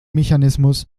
mechanismus